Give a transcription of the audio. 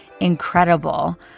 incredible